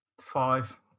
five